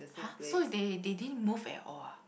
!huh! so they they didn't move at all ah